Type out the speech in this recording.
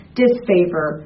disfavor